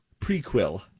Prequel